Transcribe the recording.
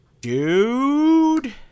Dude